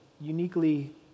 uniquely